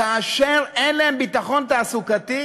כאשר אין להם ביטחון תעסוקתי?